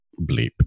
Bleep